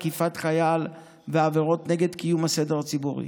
תקיפת חייל ועבירות נגד קיום הסדר הציבורי.